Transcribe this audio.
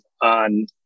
on